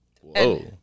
Whoa